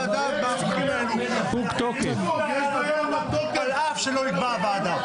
לכן אין שום בעיה להעביר אותן על אף שלא נקבעה ועדה.